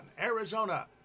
Arizona